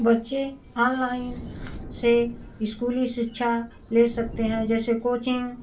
बच्चे ऑनलाइन से स्कूली शिक्षा ले सकते हैं जैसे कोचिंग